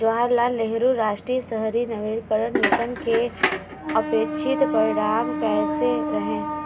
जवाहरलाल नेहरू राष्ट्रीय शहरी नवीकरण मिशन के अपेक्षित परिणाम कैसे रहे?